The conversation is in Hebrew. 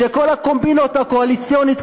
שכל הקומבינות הקואליציוניות,